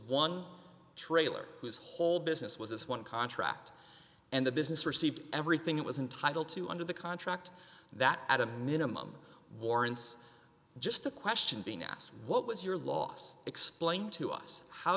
one trailer whose whole business was this one contract and the business received everything it was entitle to under the contract that at a minimum warrants just the question being asked what was your loss explain to us how